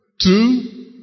Two